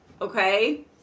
Okay